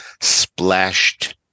splashed